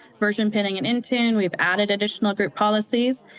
version pinning in intune, we've added additional group policies,